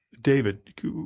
David